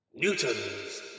Newton's